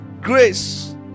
grace